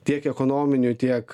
tiek ekonominių tiek